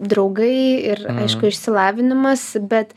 draugai ir aišku išsilavinimas bet